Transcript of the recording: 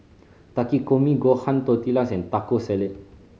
Takikomi Gohan Tortillas and Taco Salad